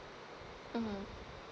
mmhmm